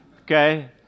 Okay